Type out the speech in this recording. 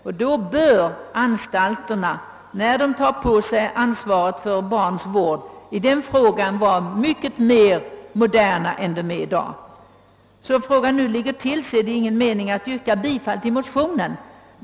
Därför bör anstalterna, när de tar på sig ansvaret för barns vård, 1 detta avseende vara mycket modernare än de är i dag. Som saken nu ligger till är det ingen mening med att yrka bifall till motionerna.